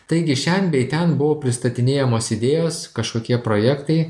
taigi šen bei ten buvo pristatinėjamos idėjos kažkokie projektai